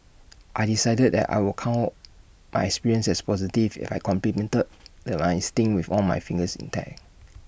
I decided that I would count my experience as positive if I completed that my stint with all my fingers intact